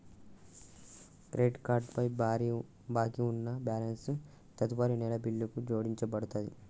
credit card పై బాకీ ఉన్న బ్యాలెన్స్ తదుపరి నెల బిల్లుకు జోడించబడతది